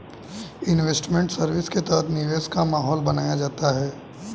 investment service के तहत निवेश का माहौल बनाया जाता है